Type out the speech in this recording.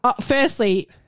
Firstly